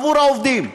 עבור העובדים,